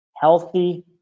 healthy